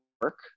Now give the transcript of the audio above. work